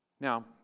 Now